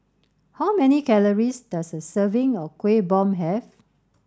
how many calories does a serving of Kueh Bom have